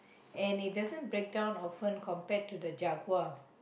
and it doesn't break down often compared to the Jaguar